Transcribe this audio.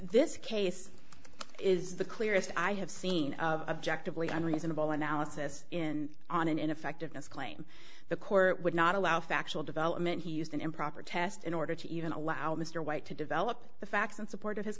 this case is the clearest i have seen of objective leon reasonable analysis in on an ineffectiveness claim the court would not allow factual development he used an improper test in order to even allow mr white to develop the facts in support of his